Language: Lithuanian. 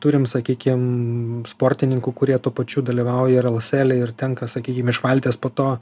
turim sakykim sportininkų kurie tuo pačiu dalyvauja ir lasely ir tenka sakykime iš valties po to